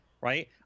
right